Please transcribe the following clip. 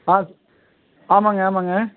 ஆ ஆமாங்க ஆமாங்க